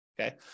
okay